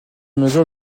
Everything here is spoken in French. mesure